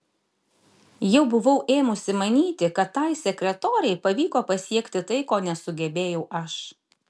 jau buvau ėmusi manyti kad tai sekretorei pavyko pasiekti tai ko nesugebėjau aš